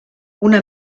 una